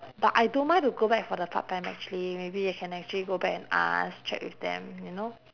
but I don't mind to go back for the part time actually maybe I can actually go back and ask check with them you know